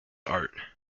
art